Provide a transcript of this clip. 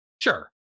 Sure